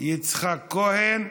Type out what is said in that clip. יצחק כהן.